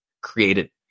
created